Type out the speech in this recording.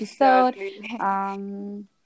episode